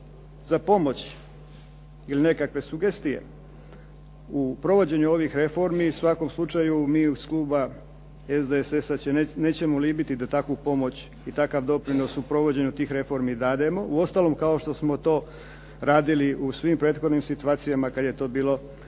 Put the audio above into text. za pomoć ili nekakve sugestije u provođenju ovih reformi u svakom slučaj mi iz kluba SDSS-a se nećemo libiti da takvu pomoć i takav doprinos u provođenju tih reformi dademo. Uostalom kao što smo to radili u svim prethodnim situacijama kada je to bilo